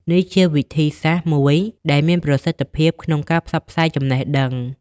នេះជាវិធីសាស្ត្រមួយដែលមានប្រសិទ្ធភាពក្នុងការផ្សព្វផ្សាយចំណេះដឹង។